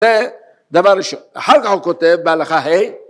זה דבר ראשון, אחר כך הוא כותב בהלכה ה׳